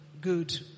good